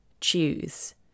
choose